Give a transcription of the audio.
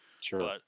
Sure